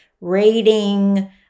rating